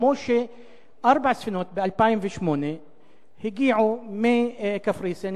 כמו שב-2008 ארבע ספינות הגיעו מקפריסין